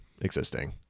existing